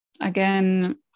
again